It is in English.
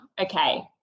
Okay